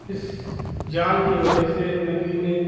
इस जाल की वजह से नदी में